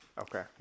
Okay